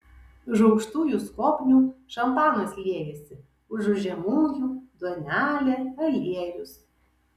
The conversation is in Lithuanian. už aukštųjų skobnių šampanas liejasi užu žemųjų duonelė aliejus